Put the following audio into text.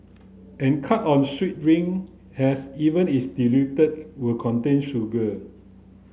and cut on sweet drink as even if diluted will contain sugar